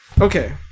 Okay